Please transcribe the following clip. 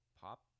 pop